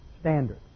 standard